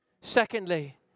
Secondly